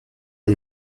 les